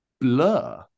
blur